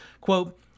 Quote